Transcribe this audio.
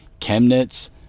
chemnitz